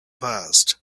passed